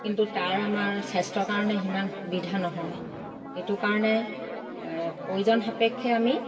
কিন্তু তাৰ আমাৰ স্বাস্থ্যৰ কাৰণে সিমান সুবিধা নহয় সেইটো কাৰণে প্ৰয়োজন সাপেক্ষে আমি